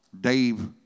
Dave